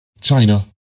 China